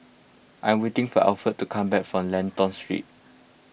I am waiting for Alfred to come back from Lentor Street